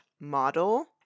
model